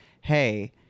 hey